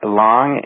long